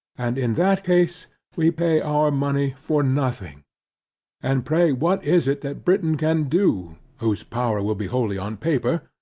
and in that case we pay our money for nothing and pray what is it that britain can do, whose power will be wholly on paper,